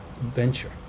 venture